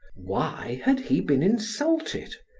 why had he been insulted?